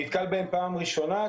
נתקל בהם פעם ראשונה.